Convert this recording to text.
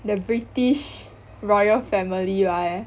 the british royal family [one]